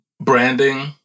branding